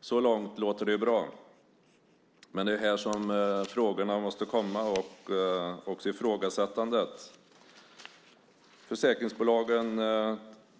Så långt låter det bra. Men det är här frågorna måste komma och också ifrågasättandet. Försäkringsbolagen